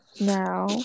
now